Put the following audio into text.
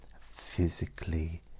physically